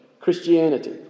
Christianity